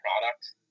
product